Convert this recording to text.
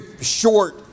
short